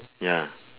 ya